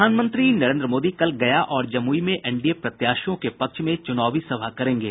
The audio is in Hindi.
प्रधानमंत्री नरेन्द्र मोदी कल गया और जमुई में एनडीए प्रत्याशियों के पक्ष में चुनावी सभा करेंगे